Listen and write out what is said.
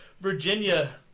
Virginia